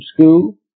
School